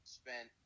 spent